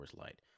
Light